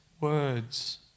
words